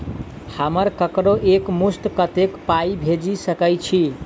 हम ककरो एक मुस्त कत्तेक पाई भेजि सकय छी?